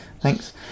Thanks